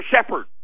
Shepard